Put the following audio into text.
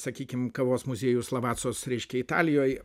sakykim kavos muziejus lavacos reiškia italijoj